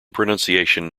pronunciation